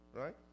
right